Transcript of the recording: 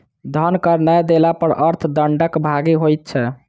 धन कर नै देला पर अर्थ दंडक भागी होइत छै